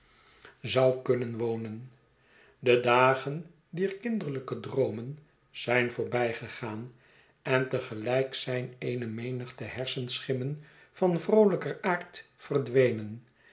zou kunnen wonen de dagen dier kinderlijke droomen zyn voorbijgegaan en te gelijk zijn eene menigte hersenschimmen van vroolijker aard verdwenen